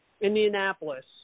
Indianapolis